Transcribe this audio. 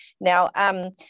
Now